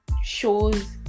shows